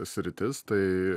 sritis tai